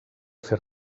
fer